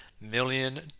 million